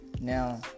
Now